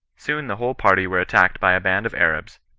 soon the whole party were attacked by a band of arabs,